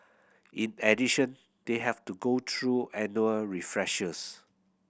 in addition they have to go through annual refreshers